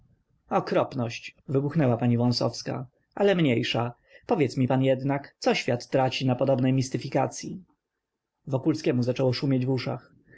okropność wybuchnęła pani wąsowska ale mniejsza powiedz mi pan jednak co świat traci na podobnej mistyfikacyi wokulskiemu zaczęło szumieć w uszach